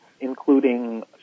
including